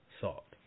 sought